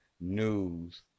news